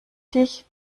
dich